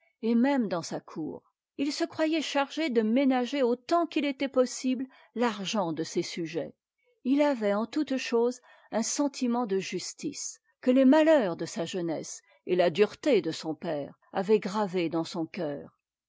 et même dans sa cour il se croyait chargé de ménager autant qu'il était possible l'argent de ses sujets il avait en toutes choses un sentiment de justice que les malheurs de sa jeunesse et la dureté de son père avaient gravé dans son cœur